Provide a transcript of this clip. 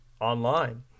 online